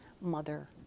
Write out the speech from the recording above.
mother